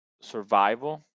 survival